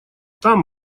там